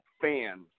fans